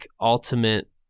ultimate